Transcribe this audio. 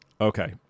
Okay